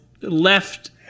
left